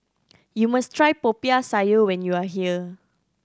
you must try Popiah Sayur when you are here